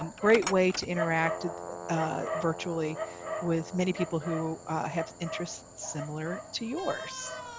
um great way to interact virtually with many people who have interests similar to yours.